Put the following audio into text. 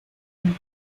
del